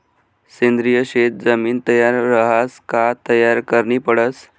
सेंद्रिय शेत जमीन तयार रहास का तयार करनी पडस